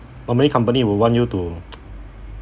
normally company will want you to